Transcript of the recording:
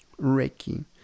Reiki